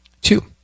Two